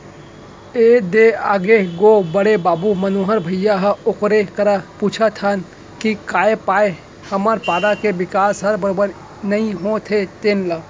ए दे आगे गो बड़े बाबू मनोहर भइया ह ओकरे करा पूछत हन के काय पाय के हमर पारा के बिकास हर बरोबर नइ होत हे तेन ल